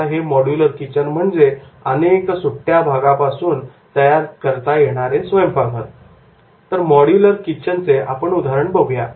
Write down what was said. आपण मॉड्यूलर किचनचे अनेक सुट्ट्या भागापासून बनवता येणारे स्वयंपाकघर उदाहरण बघूया